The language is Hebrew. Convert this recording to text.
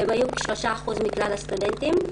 והם היו כ-3% מכלל הסטודנטים.